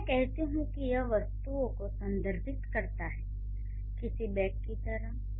जब मैं कहती हूँ कि यह वस्तुओं को संदर्भित करता है किसी बैग की तरह